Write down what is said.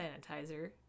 sanitizer